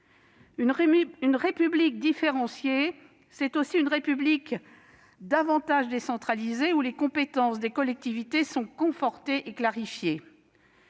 Une République différenciée, c'est aussi une République davantage décentralisée, où les compétences des collectivités sont confortées et clarifiées.